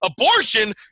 abortion